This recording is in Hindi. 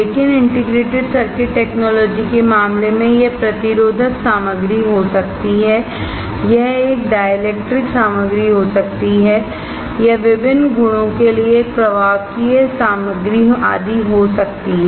लेकिन इंटीग्रेटेड सर्किट टेक्नोलॉजी के मामले में यह प्रतिरोधक सामग्री हो सकती है यह एक डाइलेक्ट्रिक सामग्री हो सकती है यह विभिन्न गुणों के लिए एक प्रवाहकीय सामग्री आदि हो सकती है